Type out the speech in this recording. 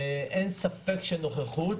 ואין ספק שלנוכחות